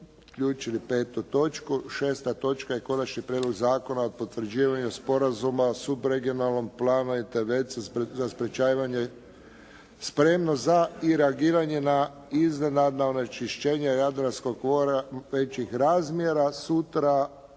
zaključili 5. točku. 6. točka je Konačni prijedlog Zakona o potvrđivanju Sporazuma o subregionalnom planu intervencija za sprječavanje, spremnost za i reagiranje na iznenadna onečišćenja Jadranskog mora većih razmjera, sutra